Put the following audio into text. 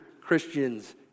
Christians